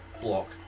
block